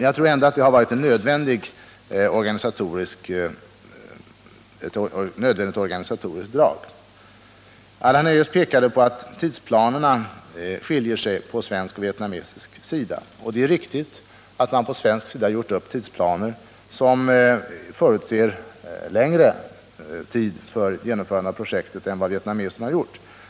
Jag tror ändå att det har varit ett nödvändigt organisatoriskt drag. Allan Hernelius pekade på att tidsplanerna skiljer sig på svensk och vietnamesisk sida. Det är riktigt att man på svensk sida gjort upp tidsplaner som förutser längre tid för genomförande av projektet än vad vietnameserna gjort.